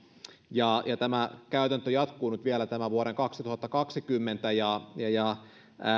ja ja tämä käytäntö jatkuu nyt vielä tämän vuoden kaksituhattakaksikymmentä ja